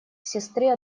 сестры